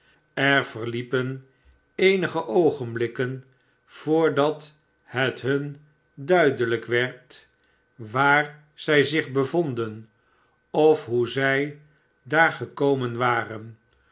er verliepen eenige oogenblikken voordat het hun duidehjk werd waar zij zich bevonden of hoe zij daar gekomen waren